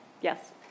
Yes